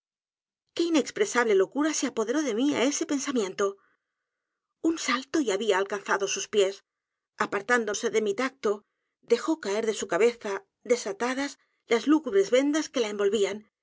qué inexpresable locura se apoderó de mí á ese pensamiento un salto y había alcanzado sus pies apartándose de mi tacto dejó caer de su cabeza desatadas las lúgubres vendas que la envolvían